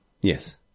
yes